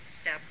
step